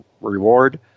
reward